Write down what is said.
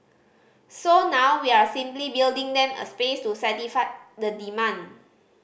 so now we're simply building them a space to satisfy the demand